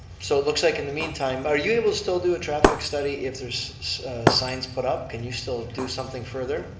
so looks like in the meantime, are you able to still do a traffic study if there's signs put up? can you still do something further?